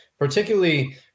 Particularly